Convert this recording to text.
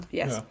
yes